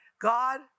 God